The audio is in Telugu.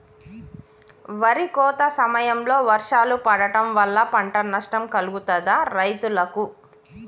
వరి కోత సమయంలో వర్షాలు పడటం వల్ల పంట నష్టం కలుగుతదా రైతులకు?